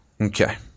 Okay